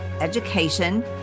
education